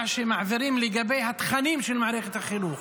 שמעבירים לגבי התכנים של מערכת החינוך.